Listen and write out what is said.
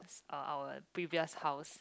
uh our previous house